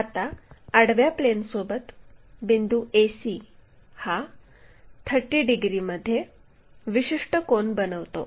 आता आडव्या प्लेनसोबत बिंदू ac हा 30 डिग्रीमध्ये विशिष्ट कोन बनवितो